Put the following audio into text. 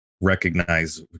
recognize